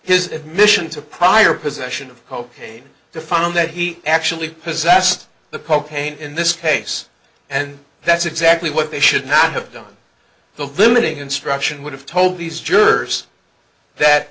his admission to prior possession of cocaine to find that he actually possessed the cocaine in this case and that's exactly what they should not have done the limiting instruction would have told these jerks that